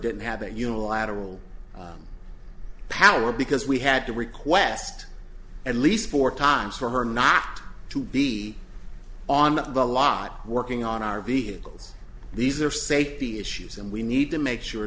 didn't have a unilateral power because we had to request at least four times for her not to be on the lot working on our vehicles these are safety issues and we need to make sure